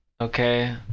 okay